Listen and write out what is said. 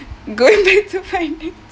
going back to finances